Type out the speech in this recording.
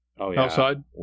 outside